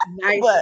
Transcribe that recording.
Nice